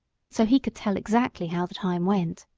so he could tell exactly how the time went.